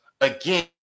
again